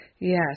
Yes